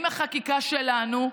בחקיקה שלנו,